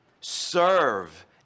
serve